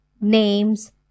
names